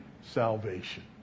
salvation